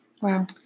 Wow